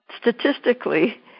statistically